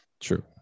True